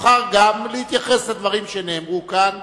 יבחר גם להתייחס לדברים שנאמרו כאן,